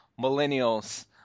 millennials